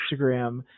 Instagram